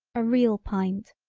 a real pint,